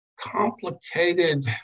complicated